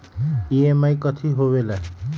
EMI कथी होवेले?